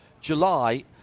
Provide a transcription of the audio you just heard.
July